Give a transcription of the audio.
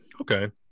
okay